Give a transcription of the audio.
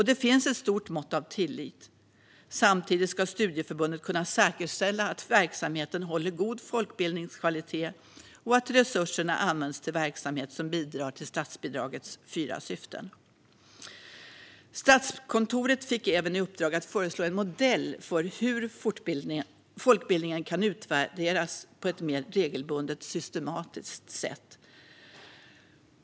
Det finns ett stort mått av tillit. Samtidigt ska studieförbunden kunna säkerställa att verksamheten håller god folkbildningskvalitet och att resurserna används till verksamhet som bidrar till statsbidragets fyra syften. Statskontoret fick även i uppdrag att föreslå en modell för hur folkbildningen kan utvärderas på ett mer regelbundet och systematiskt sätt.